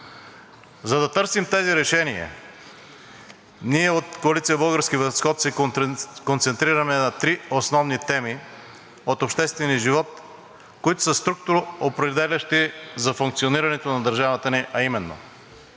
За да търсим тези решения, ние от Коалиция „Български възход“ се концентрираме на три основни теми от обществения живот, които са структуроопределящи за функционирането на държавата ни, а именно: